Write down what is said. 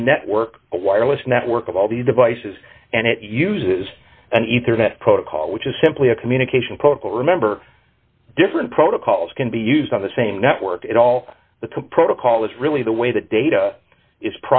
this network a wireless network of all these devices and it uses an ether net protocol which is simply a communication protocol remember different protocols can be used on the same network at all the protocol is really the way the data is